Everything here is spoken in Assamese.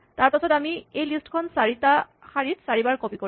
তাৰপাছত আমি এই লিষ্ট খন চাৰিটা শাৰীত চাৰিবাৰ কপি কৰিম